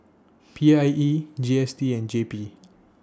P I E G S T and J P